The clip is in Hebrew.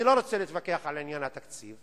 אני לא רוצה להתווכח על עניין התקציב,